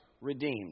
redeemed